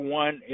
one